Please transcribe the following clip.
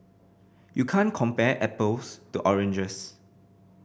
you can't compare apples to oranges